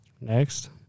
Next